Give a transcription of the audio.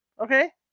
Okay